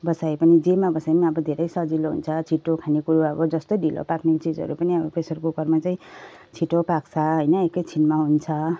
बसाए पनि जेमा बसाए पनि अब धेरै सजिलो हुन्छ छिटो खानेकुरो अब जस्तै ढिलो पाक्ने चिजहरू पनि अब प्रेसर कुकरमा चाहिँ छिटो पाक्छ होइन एकैछिनमा हुन्छ